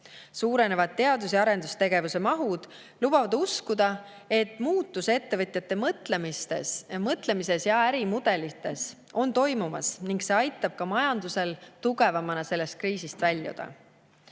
Suurenevad teadus‑ ja arendustegevuse mahud lubavad uskuda, et muutus ettevõtjate mõtlemises ja ärimudelites on toimumas ning see aitab ka majandusel tugevamana sellest kriisist väljuda.